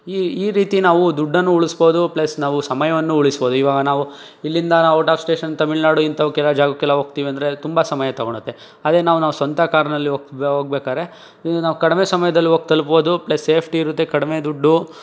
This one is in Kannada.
ಈ ಈ ರೀತಿ ನಾವು ದುಡ್ಡನ್ನು ಉಳಸ್ಬೋದು ಪ್ಲಸ್ ನಾವು ಸಮಯವನ್ನು ಉಳಿಸ್ಬೋದು ಈವಾಗ ನಾವು ಇಲ್ಲಿಂದ ನಾವು ಔಟ್ ಆಫ್ ಸ್ಟೇಷನ್ ತಮಿಳುನಾಡು ಇಂಥವಕ್ಕೆಲ್ಲ ಜಾಗಕ್ಕೆಲ್ಲ ಹೋಗ್ತಿವಂದ್ರೆ ತುಂಬ ಸಮಯ ತಗೋಳುತ್ತೆ ಅದೇ ನಾವು ನಾವು ಸ್ವಂತ ಕಾರ್ನಲ್ಲಿ ಹೋಗಿ ಹೋಗ್ಬೇಕಾದ್ರೆ ಇಲ್ಲಿ ನಾವು ಕಡಿಮೆ ಸಮಯದಲ್ಲಿ ಹೋಗಿ ತಲುಪ್ಬೋದು ಪ್ಲಸ್ ಸೇಫ್ಟಿ ಇರುತ್ತೆ ಕಡಿಮೆ ದುಡ್ಡು